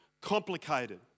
complicated